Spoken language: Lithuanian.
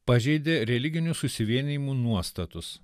pažeidė religinių susivienijimų nuostatus